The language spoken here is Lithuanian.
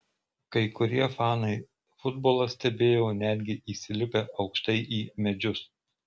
kai kurie fanai futbolą stebėjo netgi įsilipę aukštai į medžius